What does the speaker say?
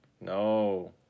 no